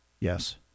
Yes